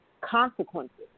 consequences